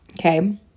Okay